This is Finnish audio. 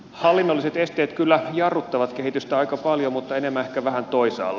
hallinnolliset esteet kyllä jarruttavat kehitystä aika paljon mutta enemmän ehkä vähän toisaalla